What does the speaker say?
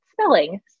spelling